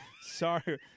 Sorry